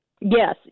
Yes